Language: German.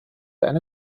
eine